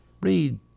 read